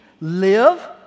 live